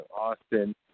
Austin